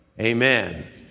Amen